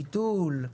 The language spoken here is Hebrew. ביטול.